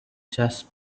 chest